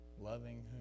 loving